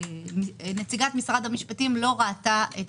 נציגת משרד המשפטים לא ראתה את